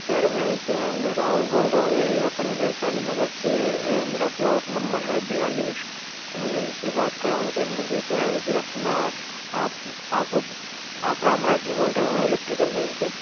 sir मैं क्या मैं राहुल बोल रहा हूँ यही अपनी वैशाली नगर से मेरा प्लॉट नंबर है बियालिस तो मैं यही से बात कर रहा हूँ सर मुझे क्या है कि अपना आप आप आप रामराज जी बोल रहे हो ना इलेक्ट्रिकल मेन से